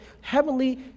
heavenly